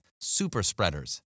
super-spreaders